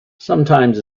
sometimes